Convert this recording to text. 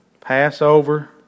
Passover